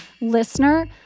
listener